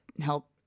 help